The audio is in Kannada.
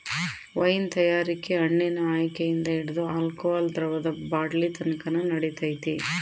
ವೈನ್ ತಯಾರಿಕೆ ಹಣ್ಣಿನ ಆಯ್ಕೆಯಿಂದ ಹಿಡಿದು ಆಲ್ಕೋಹಾಲ್ ದ್ರವದ ಬಾಟ್ಲಿನತಕನ ನಡಿತೈತೆ